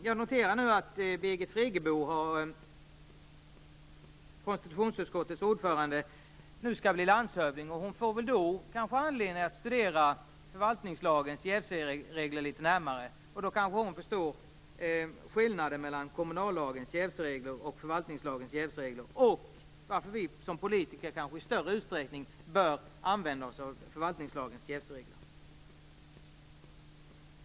Jag har noterat att Birgit Friggebo, konstitutionsutskottets ordförande, nu skall bli landshövding. Hon får då kanske anledning att studera förvaltningslagens jävsregler litet närmare. Då kanske hon förstår skillnaden mellan kommunallagens jävsregler och förvaltningslagens och även varför vi som politiker kanske i större utsträckning bör använda oss av förvaltningslagens jävsregler.